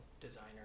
designer